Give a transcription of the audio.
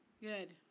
good